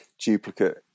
duplicate